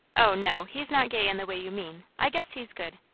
o no, he's not gay in the way you mean. i guess he's good.